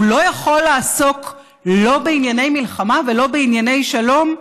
הוא לא יכול לעסוק לא בענייני מלחמה ולא בענייני שלום?